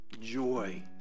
Joy